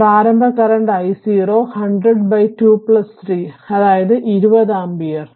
അതിനാൽ പ്രാരംഭ current I0 1002 3 അതായത് 20 ആമ്പിയർ